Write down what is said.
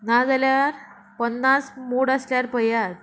नाजाल्यार पन्नास मोड आसल्यार पयात